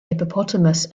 hippopotamus